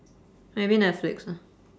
maybe netflix ah